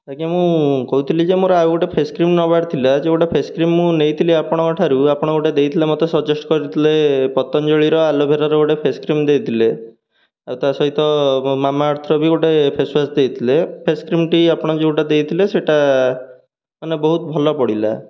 ଆଜ୍ଞା ମୁଁ କହୁଥିଲି ଯେ ମୋର ଆଉ ଗୋଟେ ଫେସ୍ କ୍ରିମ୍ ନେବାର ଥିଲା ଯେଉଁ ଗୋଟେ ଫେସ୍ କ୍ରିମ୍ ମୁଁ ନେଇଥିଲି ଆପଣଙ୍କଠାରୁ ଆପଣ ଗୋଟେ ଦେଇଥିଲେ ମୋତେ ସଜେଷ୍ଟ କରିଥିଲେ ପତଞ୍ଜଳିର ଆଲୋଭେରର ଗୋଟେ ଫେସ୍ କ୍ରିମ୍ ଦେଇଥିଲେ ଆଉ ତା ସହିତ ମାମାଅର୍ଥର ବି ଗୋଟେ ଫେସ୍ ୱାଶ୍ ଦେଇଥିଲେ ଫେସ୍ କ୍ରିମ୍ଟି ଆପଣ ଯେଉଁଟା ଦେଇଥିଲେ ସେଟା ମାନେ ବହୁତ ଭଲ ପଡ଼ିଲା